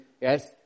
yes